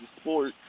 sport